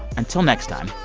until next time,